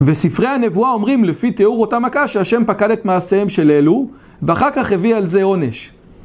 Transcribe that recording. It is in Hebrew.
וספרי הנבואה אומרים לפי תיאור אותה מכה, שהשם פקד את מעשיהם של אלו, ואחר כך הביא על זה עונש